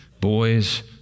Boys